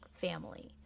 family